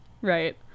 right